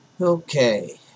Okay